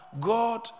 God